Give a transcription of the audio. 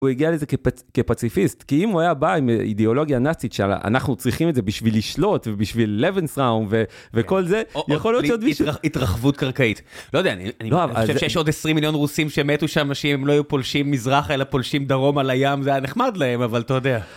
הוא הגיע לזה כפציפיסט, כי אם הוא היה בא עם אידאולוגיה נאצית, שאנחנו צריכים את זה בשביל לשלוט ובשביל לבנסטראום וכל זה, יכול להיות שעוד מישהו... התרחבות קרקעית, לא יודע, אני חושב שיש עוד 20 מיליון רוסים שמתו שם, שאם הם לא היו פולשים מזרחה, אלא פולשים דרומה לים, זה היה נחמד להם, אבל אתה יודע.